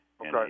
Okay